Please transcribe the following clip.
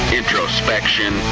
introspection